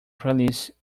playlist